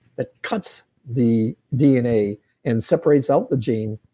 that cuts the dna and separates out the gene,